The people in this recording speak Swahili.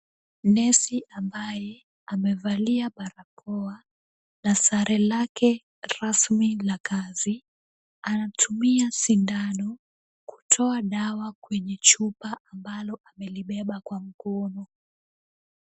Nesi ambaye amevalia barakoa na sare lake rasmi la kazi, anatumia sindano kutoa dawa kwenye chupa ambalo amelibeba kwa mkono.